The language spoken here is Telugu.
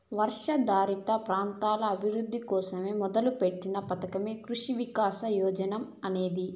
వర్షాధారిత ప్రాంతాల అభివృద్ధి కోసం మొదలుపెట్టిన పథకమే కృషి వికాస్ యోజన అనేది